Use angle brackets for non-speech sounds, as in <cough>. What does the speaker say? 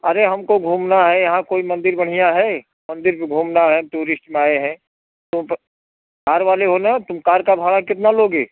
अरे हमको घूमना है यहाँ कोई मंदिर बढ़ियाँ है मंदिर को घूमना है टूरिस्ट में आए हैं <unintelligible> कार वाले हो ना तुम कार का भाड़ा कितना लोगे